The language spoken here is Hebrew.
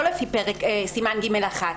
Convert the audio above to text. לא לפי סימן ג(1),